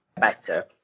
better